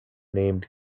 named